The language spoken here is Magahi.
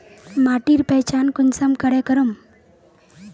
माटिर पहचान कुंसम करे करूम?